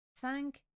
Thank